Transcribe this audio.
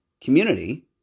community